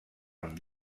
amb